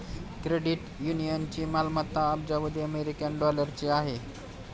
credit युनियनची मालमत्ता अब्जावधी अमेरिकन डॉलरची आहे